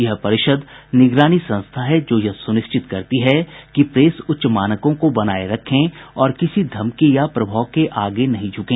यह परिषद निगरानी संस्था है जो यह सुनिश्चित करती है कि प्रेस उच्च मानकों को बनाए रखें और किसी धमकी या प्रभाव के आगे नहीं झुके